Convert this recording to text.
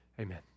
Amen